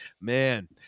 man